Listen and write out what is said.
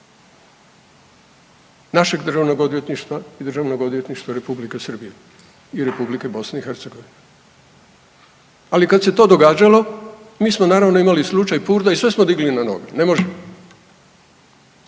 našeg državnog odvjetništva i Državnog odvjetništva Republike Srbije i Republike BiH, ali kad se to događalo mi smo naravno imali slučaj Purda i sve smo digli na noge, ne može,